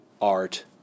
art